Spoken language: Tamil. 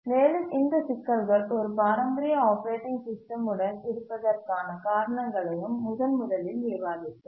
மேலும் இந்த சிக்கல்கள் ஒரு பாரம்பரிய ஆப்பரேட்டிங் சிஸ்டமுடன் இருப்பதற்கான காரணங்களையும் முதன்முதலில் விவாதித்தோம்